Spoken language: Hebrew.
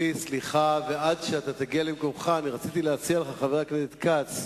עד שתגיע למקומך רציתי להציע לך, חבר הכנסת כץ: